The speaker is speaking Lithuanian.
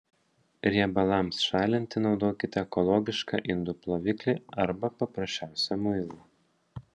riebalams šalinti naudokite ekologišką indų ploviklį arba paprasčiausią muilą